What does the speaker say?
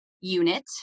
unit